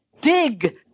dig